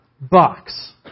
box